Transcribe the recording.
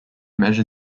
measure